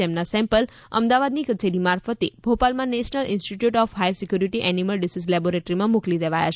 જેમના સેમ્પલ અમદાવાદની કચેરી મારફતે ભોપાલમાં national institute of high security animal disease લેબોરેટરીમાં મોકલી દેવાયા છે